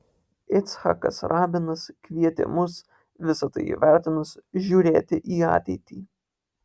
icchakas rabinas kvietė mus visa tai įvertinus žiūrėti į ateitį